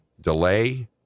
delay